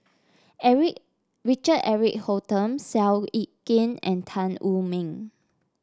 Eric Richard Eric Holttum Seow Yit Kin and Tan Wu Meng